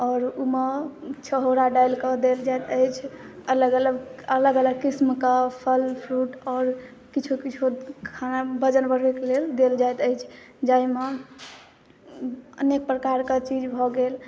आओर ओहिमे छोहारा डालिकऽ देल जाइत अछि अलग अलग अलग अलग किसिमके फल फ्रूट आओर किछु किछु खानामे वजन बढ़बैके लेल देल जाइत अछि जाहिमे अनेक प्रकारके चीज भऽ गेल